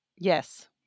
yes